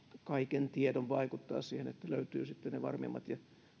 kaiken tiedon vaikuttaa siihen että löytyvät sitten ne varmimmat ja